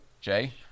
Jay